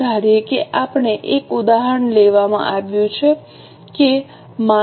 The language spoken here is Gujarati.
ચાલો ધારીએ કે આપણને એક ઉદાહરણ લેવામાં આવ્યું છે કે માનક કિંમત 1000 હતી